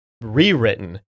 rewritten